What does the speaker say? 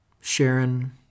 Sharon